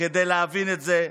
כדי להבין את זה.